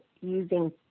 using